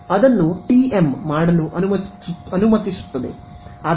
ಅದನ್ನು ಟಿಎಂ ಮಾಡಲು ಅನುಮತಿಸುತ್ತದೆ